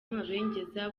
amabengeza